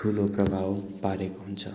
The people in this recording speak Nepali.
ठुलो प्रभाव पारेको हुन्छ